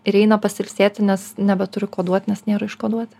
ir eina pasiilsėti nes nebeturiu ko duot nes nėra iš ko duoti